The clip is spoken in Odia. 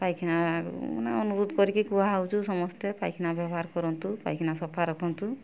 ପାଇଖାନା ମାନେ ଅନୁଭୂତ କରିକି କୁହାହେଉଛୁ ସମସ୍ତେ ପାଇଖାନା ବ୍ୟବହାର କରନ୍ତୁ ପାଇଖାନା ସଫା ରଖନ୍ତୁ